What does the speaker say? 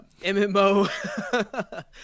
mmo